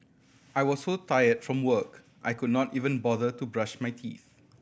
I was so tired from work I could not even bother to brush my teeth